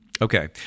Okay